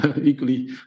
equally